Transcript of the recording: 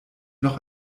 noch